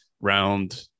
round